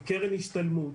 עם קרן השתלמות.